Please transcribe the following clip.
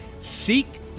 seek